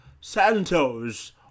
Santos